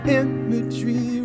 imagery